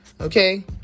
okay